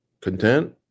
content